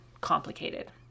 complicated